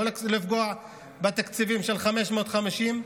לא לפגוע בתקציבים של 550,